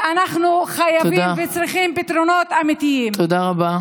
ואנחנו חייבים וצריכים פתרונות אמיתיים, תודה רבה.